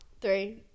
Three